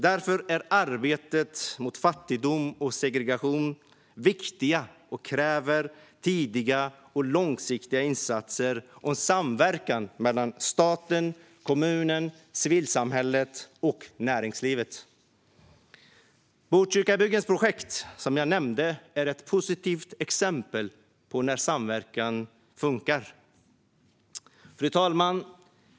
Därför är arbetet mot fattigdom och segregation viktigt och kräver tidiga och långsiktiga insatser och samverkan mellan staten, kommunen, civilsamhället och näringslivet. Botkyrkabyggens projekt, som jag nämnde, är ett positivt exempel på när samverkan funkar. Fru talman!